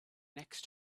next